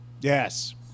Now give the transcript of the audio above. Yes